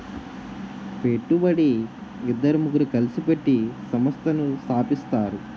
పెట్టుబడి ఇద్దరు ముగ్గురు కలిసి పెట్టి సంస్థను స్థాపిస్తారు